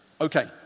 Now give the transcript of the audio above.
Okay